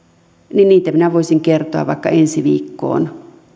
minä voisin kertoa vaikka ensi viikkoon